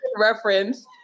reference